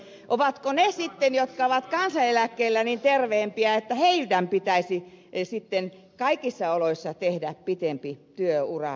ovatko ne sitten jotka ovat kansaneläkkeellä terveempiä niin että heidän pitäisi sitten kaikissa oloissa tehdä pitempi työura